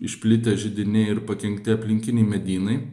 išplitę židiniai ir pakenkti aplinkiniai medynai